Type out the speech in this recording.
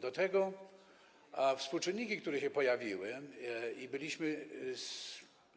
Do tego współczynniki, które się pojawiły - byliśmy